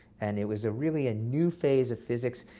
and it was really a new phase of physics,